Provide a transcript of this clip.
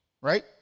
Right